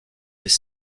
des